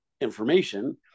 information